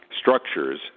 structures